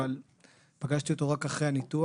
אבל פגשתי אותו רק אחרי הניתוח.